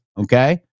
Okay